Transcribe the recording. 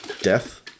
death